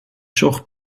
zocht